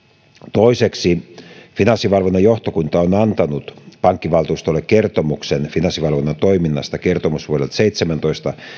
toiseksi finanssivalvonnan johtokunta on antanut pankkivaltuustolle kertomuksen finanssivalvonnan toiminnasta kertomusvuodelta seitsemäntoista